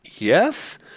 Yes